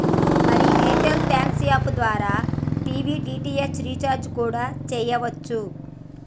మరి Airtel thanks app ద్వారా TV DTH recharge కూడా సెయ్యవచ్చు